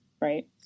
right